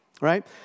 right